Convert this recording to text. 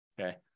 okay